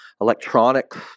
electronics